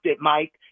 Mike